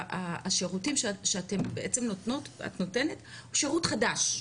השירותים שאת בעצם נותנת זה שירות חדש,